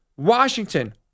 Washington